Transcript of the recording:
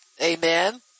Amen